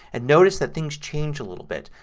and notice that things change a little bit.